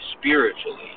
spiritually